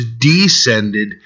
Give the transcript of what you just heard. descended